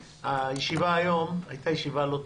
- הישיבה היום הייתה ישיבה לא טיפוסית.